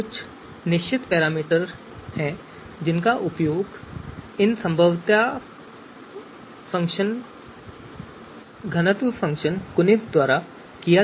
फिर कुछ निश्चित पैरामीटर हैं जिनका उपयोग इस संभाव्यता घनत्व फ़ंक्शन कुनिफ द्वारा किया जाना है